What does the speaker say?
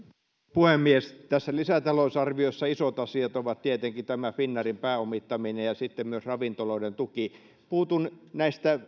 puhemies tässä lisätalousarviossa isot asiat ovat tietenkin tämä finnairin pääomittaminen ja sitten myös ravintoloiden tuki puutun näistä